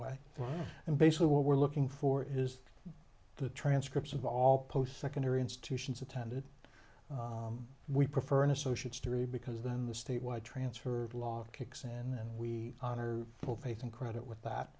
way and basically what we're looking for is the transcripts of all post secondary institutions attended we prefer an associate's degree because then the statewide transfer law kicks in we honor full faith and credit with that